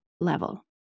level